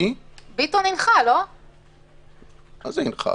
מה זה הנחה?